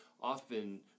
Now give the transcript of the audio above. often